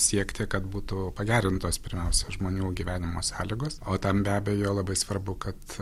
siekti kad būtų pagerintos pirmiausia žmonių gyvenimo sąlygos o tam be abejo labai svarbu kad